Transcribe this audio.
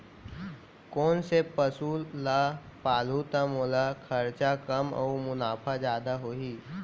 कोन से पसु ला पालहूँ त मोला खरचा कम अऊ मुनाफा जादा होही?